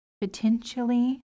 potentially